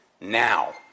now